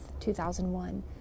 2001